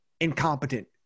incompetent